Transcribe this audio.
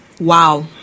wow